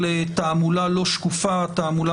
שבנקודה הספציפית הזאת של שקילת מידע